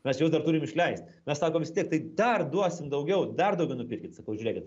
mes juos dar turim išleist mes sako vis tiek tai dar duosim daugiau dar daugiau nupirkit sakau žiūrėkit